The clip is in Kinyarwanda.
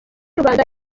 rubanda